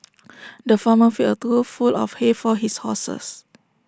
the farmer filled trough full of hay for his horses